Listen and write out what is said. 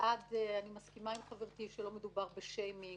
אני מסכימה עם חברתי שלא מדובר בשיימינג,